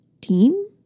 team